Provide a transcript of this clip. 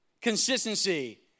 consistency